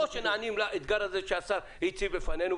או שנענים לאתגר הזה שהשר הציב לפנינו,